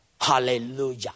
hallelujah